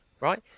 right